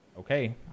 Okay